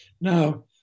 Now